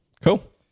Cool